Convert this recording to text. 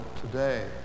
today